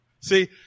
See